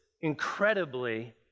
incredibly